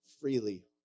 freely